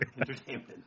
entertainment